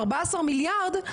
14 מיליארד,